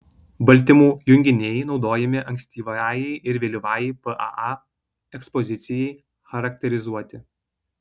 baltymų junginiai naudojami ankstyvajai ir vėlyvajai paa ekspozicijai charakterizuoti